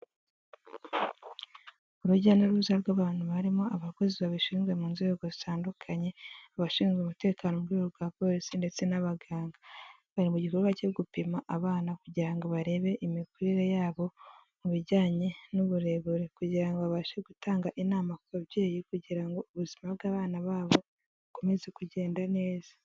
Urujya n'uruza rw'abantu barimo abakozi babishinzwe mu nzego zitandukanye, abashinzwe umutekano mu rwego rwa polisi ndetse n'abaganga, bari mu gikorwa cyo gupima abana kugira ngo barebe imikurire yabo mu bijyanye n'uburebure kugira ngo babashe gutanga inama ku babyeyi kugira ngo ubuzima bw'abana babo bukomeze kugenda neza.